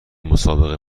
مسابقه